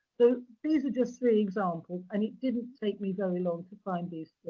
so these are just three examples. and it didn't take me very long to find these